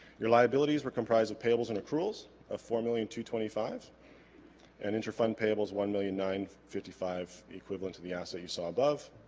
your liabilities were comprised of payables and accruals of four million to twenty five and interfund payables one million nine fifty five equivalent to the asset you saw above